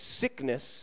sickness